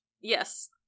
Yes